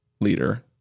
leader